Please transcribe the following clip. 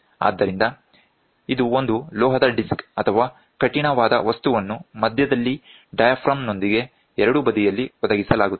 ಆದ್ದರಿಂದ ಇದು ಒಂದು ಲೋಹದ ಡಿಸ್ಕ್ ಅಥವಾ ಕಠಿಣವಾದ ವಸ್ತುವನ್ನು ಮಧ್ಯದಲ್ಲಿ ಡಯಾಫ್ರಾಮ್ ನೊಂದಿಗೆ ಎರಡೂ ಬದಿಯಲ್ಲಿ ಒದಗಿಸಲಾಗುತ್ತದೆ